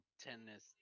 tennis